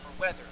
weather